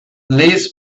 liz